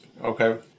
Okay